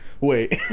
Wait